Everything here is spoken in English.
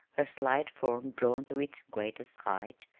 her slight form drawn to its greatest height,